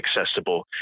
accessible